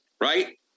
right